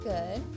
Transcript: Good